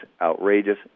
outrageous